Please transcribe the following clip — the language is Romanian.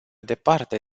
departe